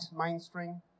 mainstream